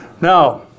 Now